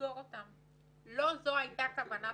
לא זו הייתה כוונת